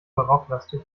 barocklastig